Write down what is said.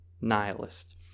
nihilist